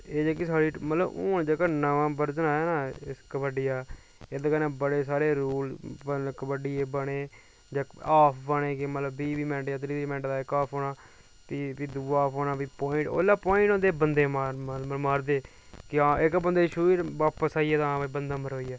एह् जेह्की साढ़ी हून जेह्का नमां वर्जन आया न कबड्डी आह्ला एह्दे कन्नै बड़े सारे रूल कबड्डी एह् बने जां ऑफ बने मतलब बीह् बीह् मैंट जां त्रीह् त्रीह् मैंट दा इक ऑफ होना फ्ही बी दूआ ऑफ होना फ्ही पोआइट ओह्ल्लै पोआइट होंदे बंदे ई मारना मतलब मारदे इक्क आ इक बंदे ई छूइयै ते बापस आना मरोई